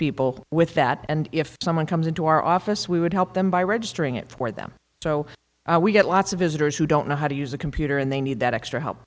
people with that and if someone comes into our office we would help them by registering it for them so we get lots of visitors who don't know how to use a computer and they need that extra help